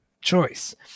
choice